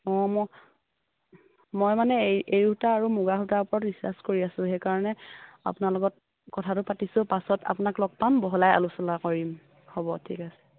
অঁ মোক মই মানে এৰি এৰি সূতা আৰু মুগা সূতাৰ ওপৰত ৰিচাৰ্ছ কৰি আছো সেইকাৰণে আপোনাৰ লগত কথাটো পাতিছোঁ পাছত আপোনাক লগ পাম বহলাই আলোচনা কৰিম হ'ব ঠিক আছে